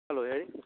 hello ಹೇಳಿ